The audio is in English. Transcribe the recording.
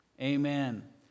Amen